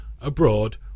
abroad